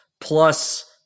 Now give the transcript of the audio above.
plus